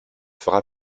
fera